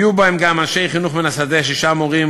יהיו בהם גם אנשי חינוך מן השדה: שישה מורים,